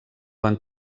van